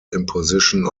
imposition